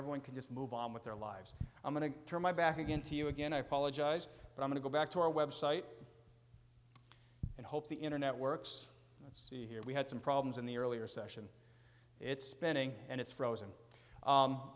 everyone can just move on with their lives i'm going to turn my back again to you again i apologize i'm going to go back to our web site and hope the internet works let's see here we had some problems in the earlier session it's spinning and it's frozen